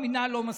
המינהל לא מסכים,